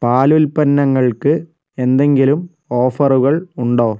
പാലുൽപ്പന്നങ്ങൾക്ക് എന്തെങ്കിലും ഓഫറുകൾ ഉണ്ടോ